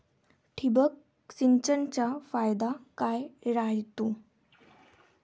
ठिबक सिंचनचा फायदा काय राह्यतो?